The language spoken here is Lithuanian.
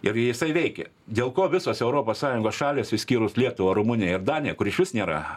ir jisai veikia dėl ko visos europos sąjungos šalys išskyrus lietuvą rumuniją ir daniją kur išvis nėra